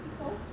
I think so